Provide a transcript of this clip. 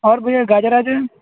اور بھیا گاجر واجر